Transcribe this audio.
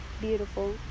Beautiful